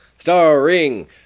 Starring